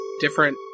Different